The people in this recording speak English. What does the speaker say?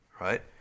right